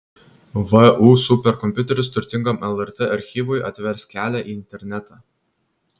vu superkompiuteris turtingam lrt archyvui atvers kelią į internetą